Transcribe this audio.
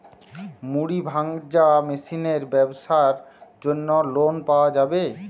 মুড়ি ভাজা মেশিনের ব্যাবসার জন্য লোন পাওয়া যাবে?